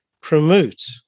promote